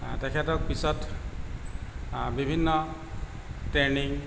তেখেতক পিছত বিভিন্ন ট্ৰেইনিং